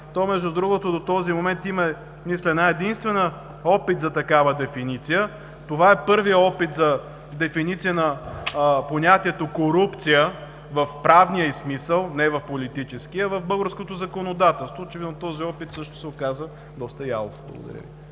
То, между другото, до този момент има, мисля, един единствен опит за такава дефиниция. Това е първият опит за дефиниция на понятието „корупция“ в правния й смисъл, а не в политическия, в българското законодателство. Очевидно, този опит също се оказа доста ялов. Благодаря Ви.